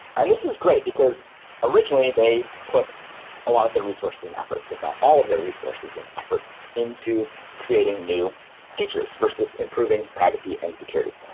and this is great, because originally they put a lot of the resources and efforts, if not all of their resources and efforts, into creating new features versus improving privacy and security.